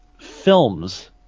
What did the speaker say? films